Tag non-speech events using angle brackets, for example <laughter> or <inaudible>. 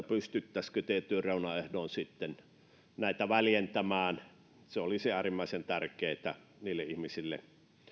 <unintelligible> pystyttäisiinkö tietyin reunaehdoin näitä väljentämään se olisi äärimmäisen tärkeätä niille ihmisille